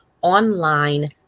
online